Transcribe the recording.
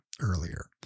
earlier